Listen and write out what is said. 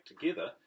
together